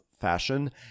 fashion